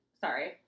Sorry